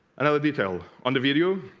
another detail on the video